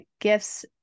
gifts